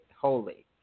holy